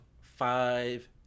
five